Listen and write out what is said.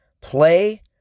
play